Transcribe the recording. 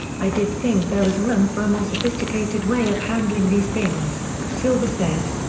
i did think there was room for a more sophisticated way of handling these things, silver said.